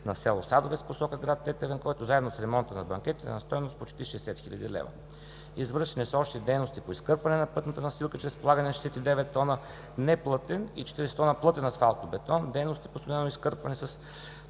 на село Садовец в посока град Тетевен, който заедно с ремонта на банкета е на стойност почти 60 хил. лв. Извършени са още дейности по изкърпване на пътната настилка чрез полагане на 69 тона неплътен и 40 тона плътен асфалтобетон, дейности по изкърпване с